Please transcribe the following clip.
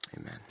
Amen